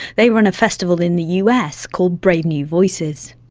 they run a festival in the us called brave new voices.